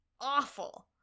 awful